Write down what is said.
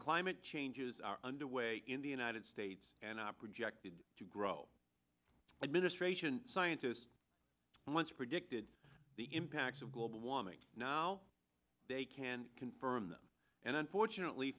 climate changes are under way in the united states and i projected to grow administration scientists once predicted the impacts of global warming now they can confirm them and unfortunately